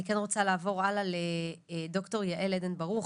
אני כן רוצה לעבור הלאה לד"ר יעל עדן ברוך,